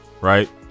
Right